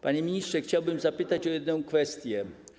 Panie ministrze, chciałbym zapytać o jedną kwestię.